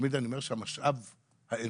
אני תמיד אומר שהמשאב האנושי,